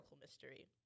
mystery